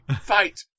Fight